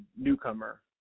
newcomer